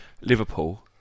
Liverpool